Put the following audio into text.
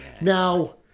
Now